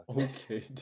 okay